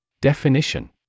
Definition